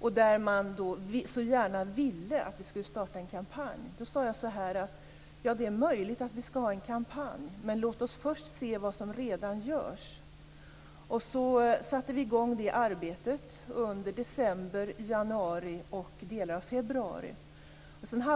och att man så gärna ville att vi skulle starta en kampanj, sade jag att det var möjligt att vi skulle ha en kampanj, men att vi först skulle se vad som redan gjordes. Vi satte i gång det arbetet under december, januari och delar av februari.